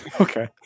Okay